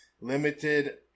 limited